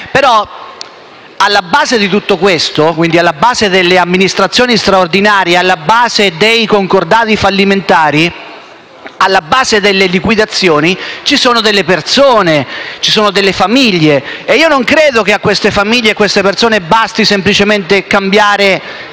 stiamo facendo questo. Però, alla base delle amministrazioni straordinarie, dei concordati fallimentari, delle liquidazioni, ci sono delle persone e ci sono delle famiglie. E io non credo che a queste famiglie e a queste persone basti semplicemente cambiare